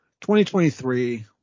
2023